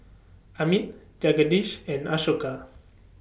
Amit Jagadish and Ashoka